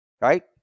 right